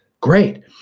great